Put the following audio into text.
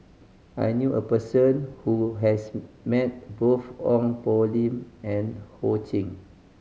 I knew a person who has met both Ong Poh Lim and Ho Ching